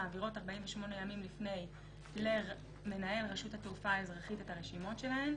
מעבירות 48 ימים לפני למנהל רשות התעופה האזרחית את הרשימות שלהן,